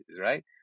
right